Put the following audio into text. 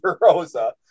Rosa